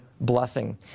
blessing